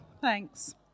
Thanks